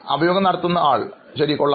അഭിമുഖം നടത്തുന്നയാൾ ശരി കൊള്ളാം